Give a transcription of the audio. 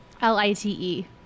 l-i-t-e